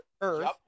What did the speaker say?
Earth